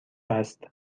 است